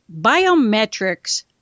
biometrics